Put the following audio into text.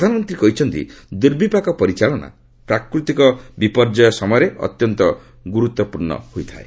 ପ୍ରଧାନମନ୍ତ୍ରୀ କହିଛନ୍ତି ଦୂର୍ବିପାକ ପରିଚାଳନା ପ୍ରାକୃତିକ ବିପର୍ଯ୍ୟୟ ସମୟରେ ଅତ୍ୟନ୍ତ ଗୁରୁତ୍ୱପୂର୍ଣ୍ଣ ହୋଇଥାଏ